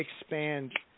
expand